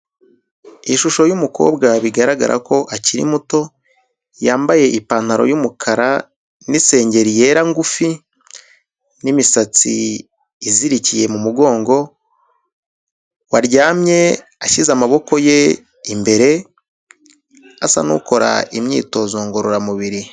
Ishusho y'umukobwa bigaragara ko akiri muto, yambaye ipantaro y'umukara n'isengeri yera ngufi n'imisatsi izirikiye mu mugongo, waryamye ashyize amaboko ye imbere, asa n'ukora imyitozo ngororamubiri.